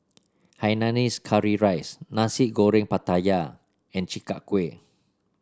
Hainanese Curry Rice Nasi Goreng Pattaya and Chi Kak Kuih